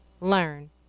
learn